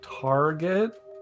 target